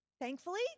thankfully